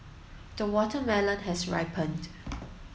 the watermelon has ripened